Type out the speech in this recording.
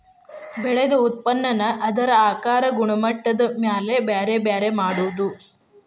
ಬೆಳದ ಉತ್ಪನ್ನಾನ ಅದರ ಆಕಾರಾ ಗುಣಮಟ್ಟದ ಮ್ಯಾಲ ಬ್ಯಾರೆ ಬ್ಯಾರೆ ಮಾಡುದು